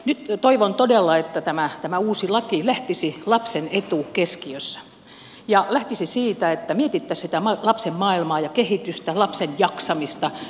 nyt toivon todella että tämä uusi laki lähtisi lapsen etu keskiössä ja lähtisi siitä että mietittäisiin sitä lapsen maailmaa ja kehitystä lapsen jaksamista